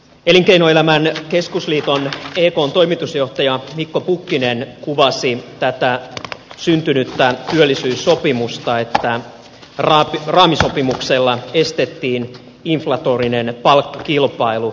elinkeinoelämän keskusliiton ekn toimitusjohtaja mikko pukkinen kuvasi tätä syntynyttä työllisyyssopimusta niin että raamisopimuksella estettiin inflatorinen palkkakilpailu